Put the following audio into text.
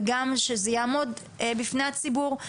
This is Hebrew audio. וגם שזה יעמוד בפני הציבור,